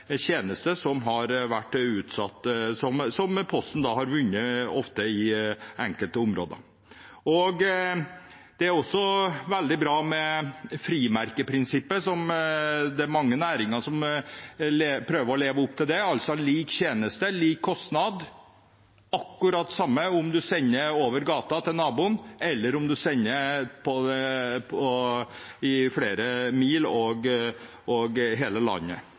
vunnet i enkelte områder. Det er også veldig bra med frimerkeprinsippet. Det er mange næringer som prøver å leve opp til det, altså lik tjeneste lik kostnad – det er akkurat det samme om du sender noe over gata til naboen, eller om du sender noe flere mil over hele landet. Det er bra at det gjennomføres, og